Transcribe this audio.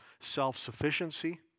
self-sufficiency